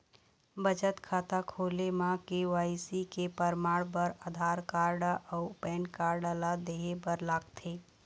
बचत खाता खोले म के.वाइ.सी के परमाण बर आधार कार्ड अउ पैन कार्ड ला देहे बर लागथे